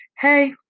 hey